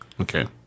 Okay